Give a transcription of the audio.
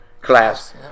class